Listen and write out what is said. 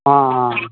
ஆ ஆ